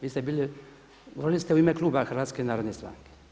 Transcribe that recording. Vi ste bili, govorili ste u ime Kluba Hrvatske narodne stranke.